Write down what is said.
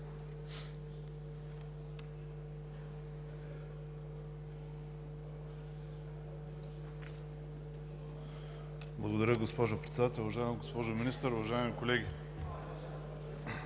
Благодаря Ви, госпожо Председател. Уважаема госпожо Министър, уважаеми колеги!